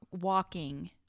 walking